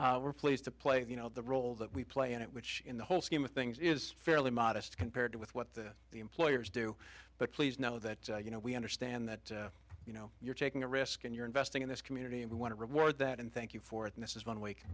meeting we're pleased to play you know the role that we play in it which in the whole scheme of things is fairly modest compared with what the employers do but please know that you know we understand that you know you're taking a risk and you're investing in this community and we want to reward that and thank you for it and this is one way